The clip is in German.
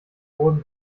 wurden